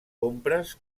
compres